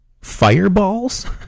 fireballs